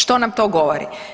Što nam to govori?